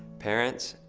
parents,